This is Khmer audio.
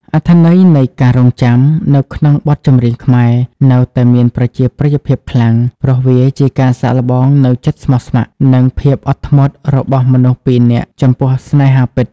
អត្ថន័យនៃ "ការរង់ចាំ" នៅក្នុងបទចម្រៀងខ្មែរ នៅតែមានប្រជាប្រិយភាពខ្លាំង ព្រោះវាជាការសាកល្បងនូវចិត្តស្មោះស្ម័គ្រ និងភាពអត់ធ្មត់របស់មនុស្សពីរនាក់ចំពោះស្នេហាពិត។